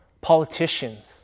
politicians